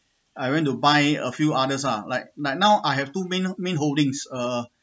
I went to buy a few others lah like like now I have two main main holding uh